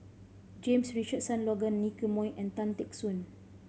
James Richardson Logan Nicky Moey and Tan Teck Soon